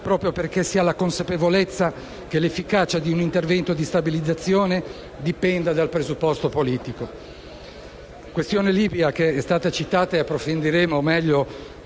proprio perché si ha la consapevolezza che l'efficacia di un intervento di stabilizzazione dipenda dal presupposto politico.